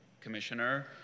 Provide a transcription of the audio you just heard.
commissioner